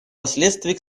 последствий